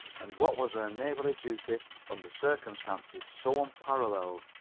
and what was her neighbourly duty under circumstances so unparalleled?